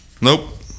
nope